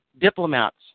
diplomats